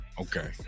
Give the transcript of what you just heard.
Okay